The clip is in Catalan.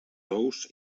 ous